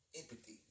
Empathy